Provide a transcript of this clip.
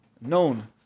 known